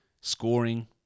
scoring